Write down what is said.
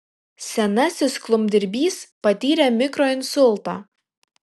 senasis klumpdirbys patyrė mikroinsultą